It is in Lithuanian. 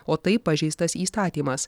o tai pažeistas įstatymas